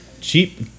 Cheap